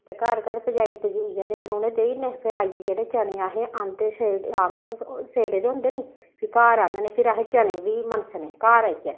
ते घर घर पजाई पजूइयै ते फिर उ'नें देई ओड़ने फिर आइयै जेह्ड़े चने असें आंह्दे सेड़े आंह्दे ओह् सेड़े दे होंदे निं फ्ही घर आह्नने फिर असें चने बी मनसने घर आइयै